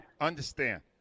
understand